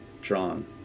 drawn